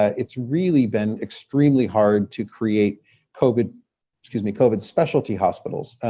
ah it's really been extremely hard to create covid excuse me covid specialty hospitals.